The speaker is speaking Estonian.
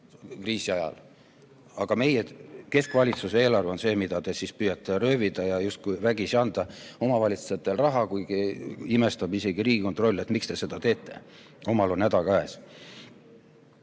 Aga meie keskvalitsuse eelarve on see, mida te püüate röövida ja justkui vägisi anda omavalitsustele raha, kuigi imestab isegi Riigikontroll, miks te seda teete, omal on häda käes.